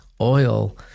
oil